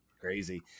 crazy